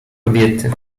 kobiety